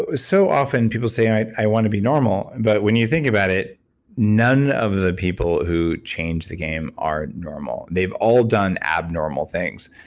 ah so often people say i i want to be normal. but when you think about it none of the people who change the game are normal. they've all done abnormal things.